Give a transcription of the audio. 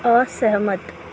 असहमत